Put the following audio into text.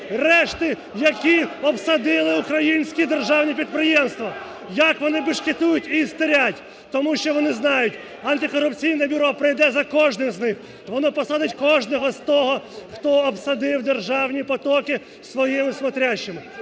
решти, які обсадили українські державні підприємства, як вони бешкетують і істерять! Тому що вони знають: Антикорупційне бюро прийде за кожним з них, воно посадить кожного з того, хто обсадив державні потоки своїми смотрящими.